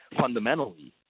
fundamentally –